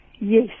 Yes